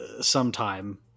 sometime